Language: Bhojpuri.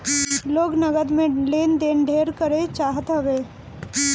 लोग नगद में लेन देन ढेर करे चाहत हवे